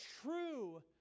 true